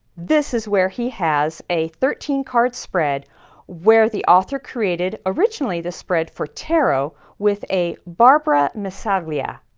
this is where he has a thirteen card spread where the author created originally the spread for tarot with a barbara missaglia.